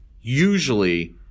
usually